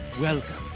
Welcome